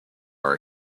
are